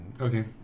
Okay